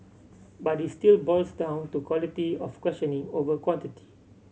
but it still boils down to quality of questioning over quantity